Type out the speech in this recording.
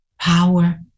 power